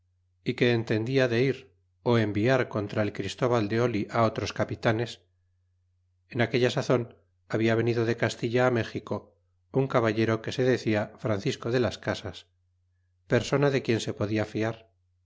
y que entendia de ir enviar contra el christóval de oli otros capitanes en aquella sazon habla venido de castilla méxico un caballero que se decia francisco de las casas persona de quien se podia fiar